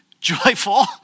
joyful